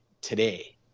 today